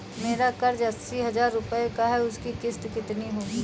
मेरा कर्ज अस्सी हज़ार रुपये का है उसकी किश्त कितनी होगी?